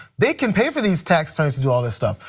they can pay for these tax attorneys to do all this stuff,